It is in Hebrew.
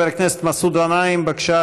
חבר הכנסת מסעוד גנאים, בבקשה,